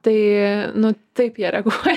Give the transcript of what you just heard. tai nu taip jie reaguoja